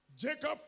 Jacob